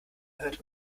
hört